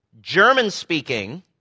German-speaking